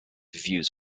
views